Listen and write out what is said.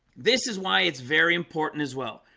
this is why it's very important as well.